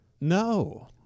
no